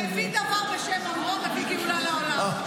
המביא דבר בשם אומרו, מביא גאולה לעולם.